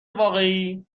واقعی